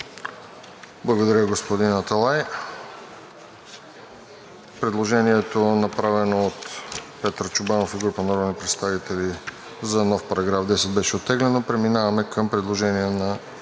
Благодаря, господин Аталай. Предложението, направено от Петър Чобанов и група народни представители за нов § 10, беше оттеглено. Преминаваме към предложението на